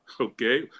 okay